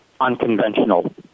unconventional